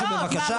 בבקשה?